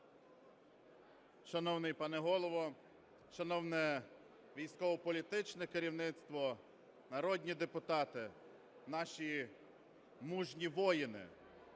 Шановний пане Голово, шановне військово-політичне керівництво, народні депутати, наші мужні воїни!